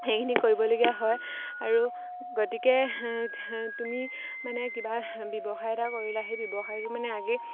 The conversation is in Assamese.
সেইখিনি কৰিবলগীয়া হয় আৰু গতিকে তুমি মানে কিবা ব্যৱসায় এটা কৰিলা সেই ব্যৱসায়টো মানে আগে